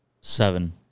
Seven